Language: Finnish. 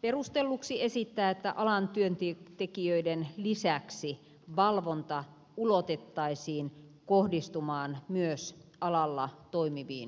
perustelluksi esittää että alan työntekijöiden lisäksi valvonta ulotettaisiin kohdistumaan myös alalla toimiviin yrityksiin